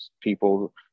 people